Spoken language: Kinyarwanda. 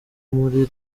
muri